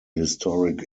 historic